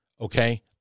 Okay